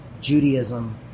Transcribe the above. Judaism